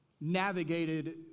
navigated